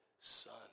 son